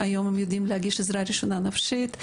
היום הם יודעים להגיש עזרה ראשונה נפשית,